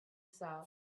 south